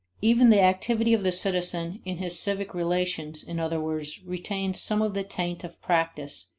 even the activity of the citizen in his civic relations, in other words, retains some of the taint of practice,